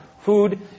food